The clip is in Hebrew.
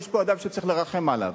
יש פה אדם שצריך לרחם עליו.